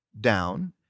down